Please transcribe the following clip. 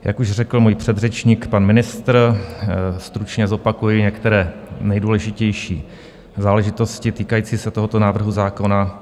Jak už řekl můj předřečník, pan ministr, stručně zopakuji některé nejdůležitější záležitosti týkající se tohoto návrhu zákona.